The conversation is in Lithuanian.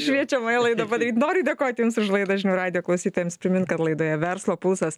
šviečiamąją laidą padaryt noriu dėkoti jums už laidą žinių radijo klausytojams primint kad laidoje verslo pulsas